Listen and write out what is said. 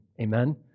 Amen